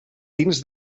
dins